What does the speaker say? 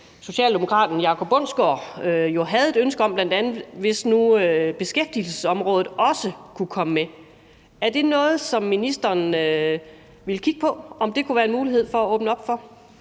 socialdemokraten Jacob Bundsgaard havde et ønske om, at bl.a. også beskæftigelsesområdet kunne komme med. Er det noget, som ministeren vil kigge på, altså om det kunne være en mulighed at åbne op for